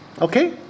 Okay